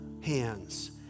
hands